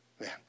Man